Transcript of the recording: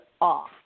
off